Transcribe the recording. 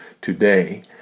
today